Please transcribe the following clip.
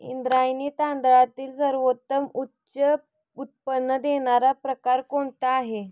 इंद्रायणी तांदळातील सर्वोत्तम उच्च उत्पन्न देणारा प्रकार कोणता आहे?